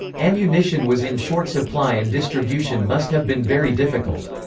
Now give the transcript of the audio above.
ammunition was in short supply and distribution must have been very difficult.